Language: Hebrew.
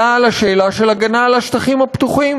היה על השאלה של הגנה על השטחים הפתוחים,